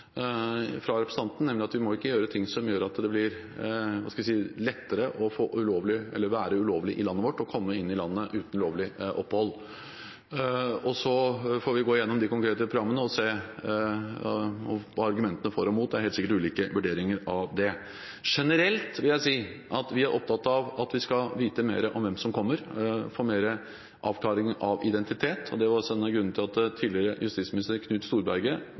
representanten, nemlig at vi ikke må gjøre ting som gjør det lettere å være ulovlig i landet vårt og komme inn i landet uten lovlig opphold. Vi får gå igjennom de konkrete programmene og se på argumentene for og imot – det er helt sikkert ulike vurderinger av det. Generelt vil jeg si at vi er opptatt av at vi skal vite mer om hvem som kommer, og få flere avklaringer av identitet. En av grunnene til at tidligere justisminister Knut Storberget